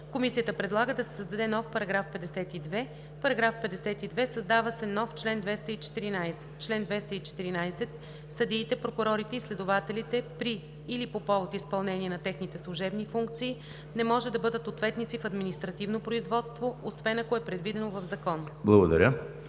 Комисията предлага да се създаде нов § 52: „§ 52. Създава се нов чл. 214: „Чл. 214. Съдиите, прокурорите и следователите при или по повод изпълнение на техните служебни функции не може да бъдат ответници в административно производство, освен ако е предвидено в закон.“